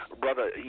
Brother